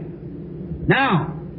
Now